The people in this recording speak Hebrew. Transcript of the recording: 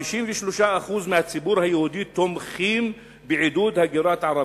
53% מהציבור היהודי תומכים בעידוד הגירת ערבים.